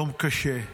יום קשה,